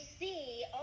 see